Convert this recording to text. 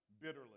bitterly